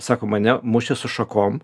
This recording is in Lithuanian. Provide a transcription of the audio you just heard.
sako mane mušė su šakom